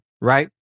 right